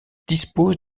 dispose